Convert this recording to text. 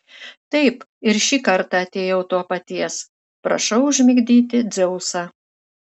taip ir šį kartą atėjau to paties prašau užmigdyti dzeusą